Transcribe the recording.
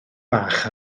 bach